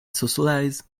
socialize